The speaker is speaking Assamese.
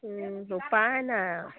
উপায় নাই আ